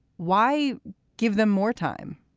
why give them more time?